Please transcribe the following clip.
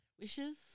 Wishes